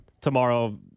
tomorrow